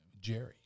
Jerry